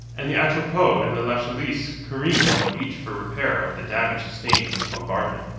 and the atropos and the lachesis careened on the beach for repair of the damage sustained in the bombardment.